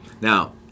Now